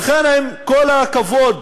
לכן, עם כל הכבוד